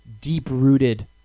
deep-rooted